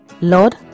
Lord